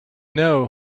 know